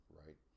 right